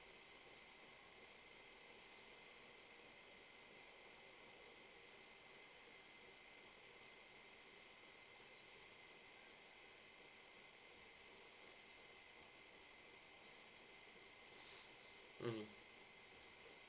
mmhmm